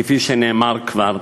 כפי שנאמר כבר,